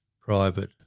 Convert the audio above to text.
Private